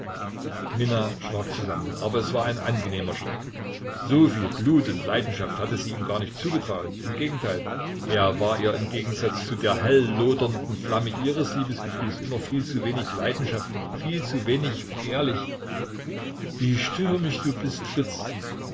minna schrak zusammen aber es war ein angenehmer schreck soviel glut und leidenschaft hatte sie ihm gar nicht zugetraut im gegenteil er war ihr im gegensatz zu der hellodernden flamme ihres liebesgefühls immer viel zu wenig leidenschaftlich viel zu wenig begehrlich wie stürmisch du bist fritz